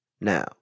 Now